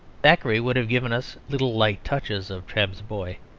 thackeray would have given us little light touches of trabb's boy,